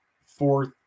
fourth